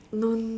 no